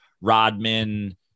Rodman